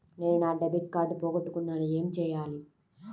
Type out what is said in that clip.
నేను నా debit card పోగొట్టుకున్నాను ఏమి చేయాలి?